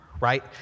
right